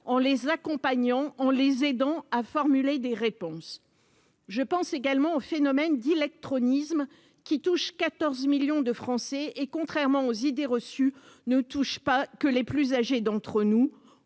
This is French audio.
en les accompagnant, en les aidant à formuler des réponses je pense également aux phénomènes d'illectronisme qui touche 14 millions de Français, et contrairement aux idées reçues, ne touche pas que les plus âgés d'entre nous,